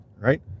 Right